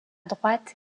droite